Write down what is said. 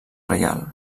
reial